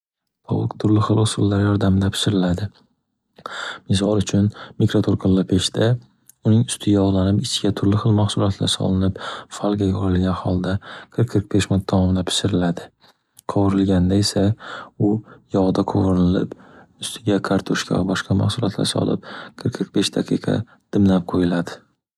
Tovuq turli xil usullar yordamida pishiriladi. Misol uchun, mikroto'lqinli peshda uning usti yog'lanib, ichiga turli xil mahsulotlar solinib, falga urilgan holda qirq-qirq besh minut tamomida pishiriladi. Qovirilganda esa, u yog'ida qo'virilib, ustiga kartoshka va boshqa mahsulotlar solib, qirq- qirq besh daqiqa dimlab qo'yiladi.